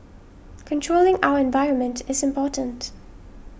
controlling our environment is important